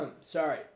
Sorry